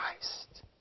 Christ